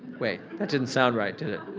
wait, that didn't sound right, did it?